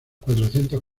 cuatrocientos